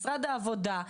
משרד העבודה,